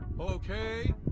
Okay